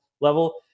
level